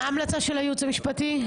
מה ההמלצה של הייעוץ המשפטי,